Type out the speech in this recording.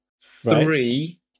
three